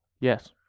Yes